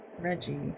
Reggie